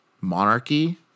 monarchy